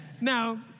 Now